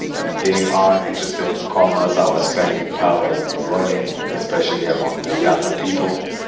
and they are interested in commerce. our spending power is growing, and especially among the younger people.